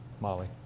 Molly